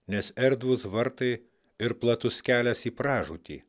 nes erdvūs vartai ir platus kelias į pražūtį